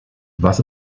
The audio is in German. was